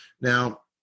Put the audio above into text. Now